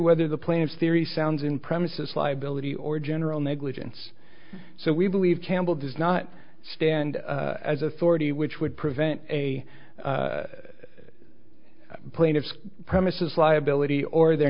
whether the plaintiffs theory sounds in premises liability or general negligence so we believe campbell does not stand as authority which would prevent a plaintiff's premises liability or their